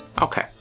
okay